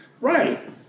right